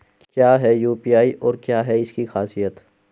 क्या है यू.पी.आई और क्या है इसकी खासियत?